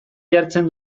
jartzen